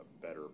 better